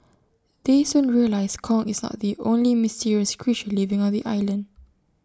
they soon realise Kong is not the only mysterious creature living on the island